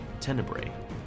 Tenebrae